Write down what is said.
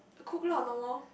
cook lah now [wah]